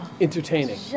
entertaining